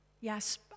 Yes